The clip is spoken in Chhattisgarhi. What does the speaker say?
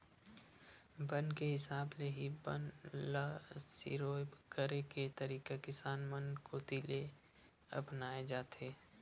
बन के हिसाब ले ही बन ल सिरोय करे के तरीका किसान मन कोती ले अपनाए जाथे